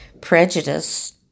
prejudice